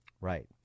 Right